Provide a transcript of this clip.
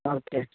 okay